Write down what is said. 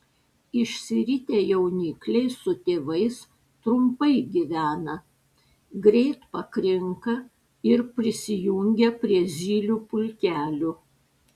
išsiritę jaunikliai su tėvais trumpai gyvena greit pakrinka ir prisijungia prie zylių pulkelių